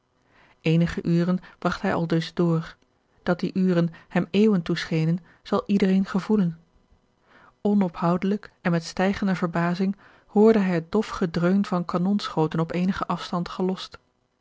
eenige uren bragt hij aldus door dat die uren hem eeuwen toeschenen zal iedereen gevoelen onophoudelijk en met stijgende verbazing hoorde hij het dof gedreun van kanonschoten op eenigen afstand gelost